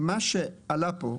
מה שעלה פה,